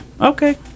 okay